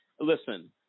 listen